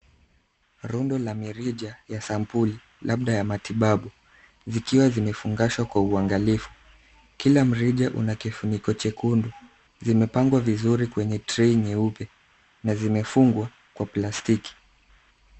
Rundo la mirija ya sampuli, labda ya matibabu zikiwa zimefungashwa kwa uangalifu. Kila mrija una kifuniko chekundu. Zimepangwa vizuri kwenye trei nyeupe na zimefungwa kwa plastiki.